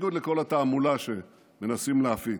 בניגוד לכל התעמולה שמנסים להפיץ.